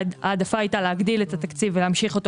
ההעדפה הייתה להגדיל את התקציב ולהמשיך אותו